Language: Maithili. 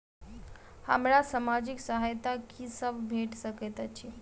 हमरा सामाजिक सहायता की सब भेट सकैत अछि?